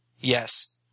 Yes